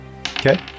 Okay